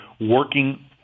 working